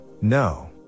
no